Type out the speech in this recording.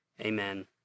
amen